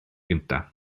gyntaf